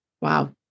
Wow